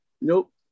nope